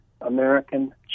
American